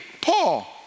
Paul